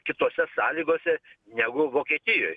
kitose sąlygose negu vokietijoj